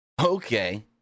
Okay